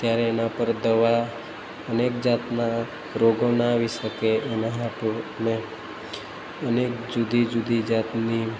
ત્યારે એના પર દવા અનેક જાતના રોગોના આવી શકે એના હાટુ અમે અનેક જુદી જુદી જાતની